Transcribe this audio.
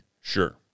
Sure